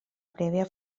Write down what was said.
prèvia